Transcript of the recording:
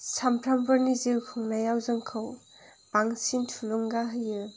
सानफ्रोमबोनि जिउ खुंनायाव जोंखौ बांसिन थुलुंगा होयो